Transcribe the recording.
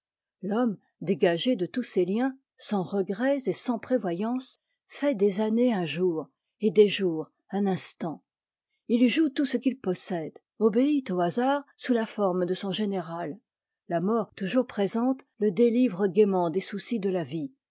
l'homme dégagé de tous ses liens sans regrets et sans prévoyance fait des années un jour et des jours un instant il joue tout ce qu'il possède obéit au hasard sous la forme de son générât la mort toujours présente le délivre gaiement des soucis de la vie